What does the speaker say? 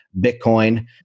Bitcoin